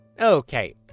Okay